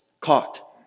Caught